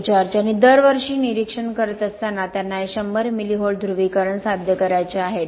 George आणि दरवर्षी निरीक्षण करत असताना त्यांना हे 100 मिली व्होल्ट ध्रुवीकरण साध्य करायचे आहे डॉ